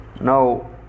now